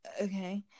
okay